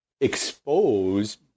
expose